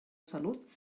salut